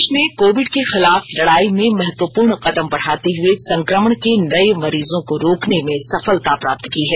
देश ने कोविड के खिलाफ लड़ाई में महत्वपूर्ण कदम बढ़ाते हुए संक्रमण के नए मरीजों को रोकने में सफलता प्राप्त की है